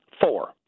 Four